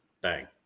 Bang